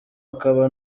akaba